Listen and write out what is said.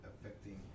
affecting